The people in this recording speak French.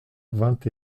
vingt